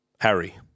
Harry –